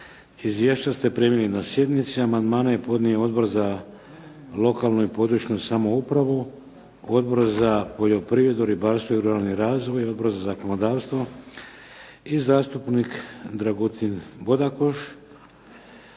Izvješća ste primili na sjednici. Amandmane je podnio Odbor za lokalnu i područnu samoupravu, Odbor za poljoprivredu, ribarstvo i ruralni razvoj, Odbor za zakonodavstvo i zastupnik Dragutin Bodakoš.